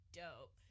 dope